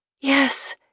yes